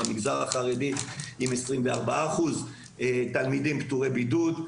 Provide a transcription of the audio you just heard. במגזר החרדי 24% תלמידי פטורי בידוד,